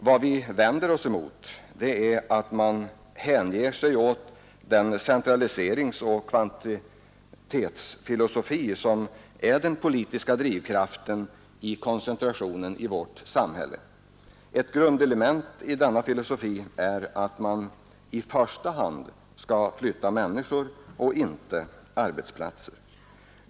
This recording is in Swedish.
Vad vi vänder oss mot är att man hänger sig åt den centraliseringsoch kvantitetsfilosofi som är den politiska drivkraften för koncentrationen i vårt samhälle. Ett grundelement i denna filosofi är att man i första hand skall flytta människor och inte arbetsplatser.